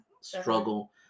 struggle